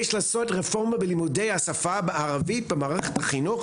יש לעשות רפורמה בלימודי השפה הערבית במערכת החינוך,